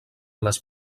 les